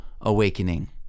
awakening